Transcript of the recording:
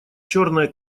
черное